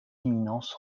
éminence